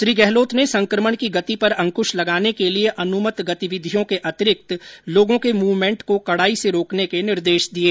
श्री गहलोत ने संक्रमण की गति पर अंकश लगाने के लिए अनुमत गतिविधियों को अतिरिक्त लोगों के मूवमेंट को कड़ाई से रोकने के निर्देश दिए